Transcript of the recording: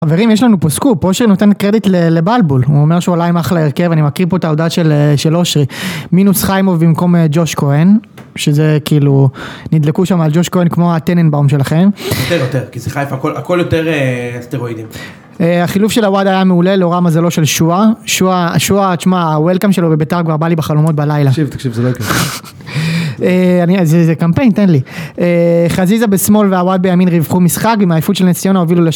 חברים יש לנו פה סקופ, משה נותן קרדיט לבלבול הוא אומר שהוא עליים אחלה הרכב אני מכיר פה את ההודעה של אושרע מינוס חיימוב במקום ג'וש כהן שזה כאילו נדלקו שם על ג'וש כהן כמו הטננבאום שלכם יותר יותר, כי זה חייפה הכל הכל יותר על סטרואידים החילוף של הוואד היה מעולה, לרוע מזלו של שועה, שועה שועה תשמע הוואלקאם שלו בביתר כבר בא לי בחלומות בלילה, תקשיב תקשיב, זה קמפיין תן לי חזיזה בשמאל והוואד בימין רווחו משחק עם העייפות של נס ציונה הובילו לשחק